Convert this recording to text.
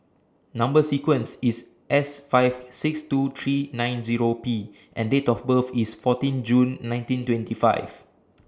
Number sequence IS S five six two three nine Zero P and Date of birth IS fourteen June nineteen twenty five